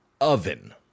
oven